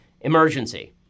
emergency